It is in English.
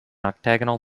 octagonal